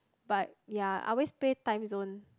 but ya I always play Timezone